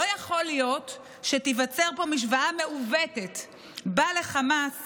לא יכול להיות שתיווצר פה משוואה מעוותת שבה חמאס